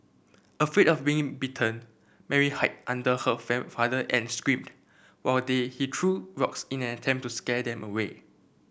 afraid of being bitten Mary hide under her father and screamed while the he threw rocks in an attempt to scare them away